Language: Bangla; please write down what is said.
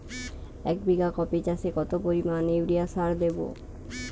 এক বিঘা কপি চাষে কত পরিমাণ ইউরিয়া সার দেবো?